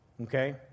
Okay